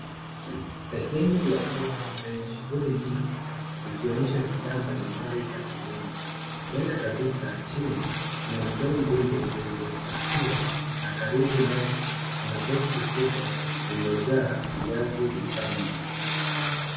Sehemu ya soko lenye shughuli nyingi. Ikionyesha bidhaa mbalimbali za kilimo. Mbele kabisa chini kuna ndoo mbili zilizopakiwa na karibu nazo kuna boxi kubwa lililojaa viazi vitamu.